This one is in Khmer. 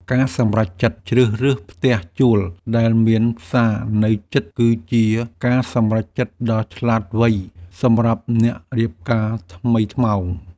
ការសម្រេចចិត្តជ្រើសរើសផ្ទះជួលដែលមានផ្សារនៅជិតគឺជាការសម្រេចចិត្តដ៏ឆ្លាតវៃសម្រាប់អ្នករៀបការថ្មីថ្មោង។